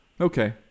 Okay